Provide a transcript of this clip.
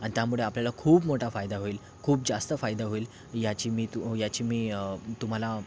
आणि त्यामुळं आपल्याला खूप मोठा फायदा होईल खूप जास्त फायदा होईल याची मी तू याची मी तुम्हाला